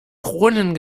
kronen